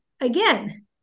again